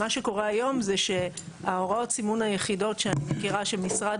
מה שקורה היום זה שההוראות סימון היחידות שאני מכירה שמשרד